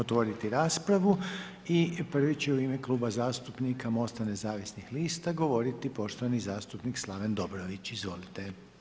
Sad ću otvoriti raspravu i prvi će u ime Kluba zastupnika MOST-a nezavisnih lista govoriti poštovani zastupnik Slaven Dobrović, izvolite.